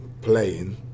playing